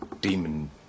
demon